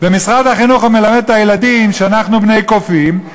ומשרד החינוך מלמד את הילדים שאנחנו בני קופים,